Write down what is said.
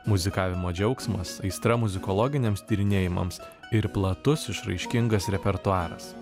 muzikavimo džiaugsmas aistra muzikologiniams tyrinėjimams ir platus išraiškingas repertuaras